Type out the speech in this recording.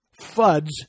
fuds